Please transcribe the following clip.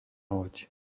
loď